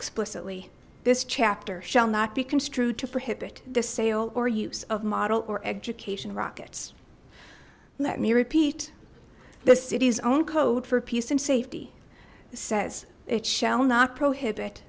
explicitly this chapter shall not be construed to prohibit the sale or use of model or education rockets let me repeat the city's own code for peace and safety says it shall not prohibit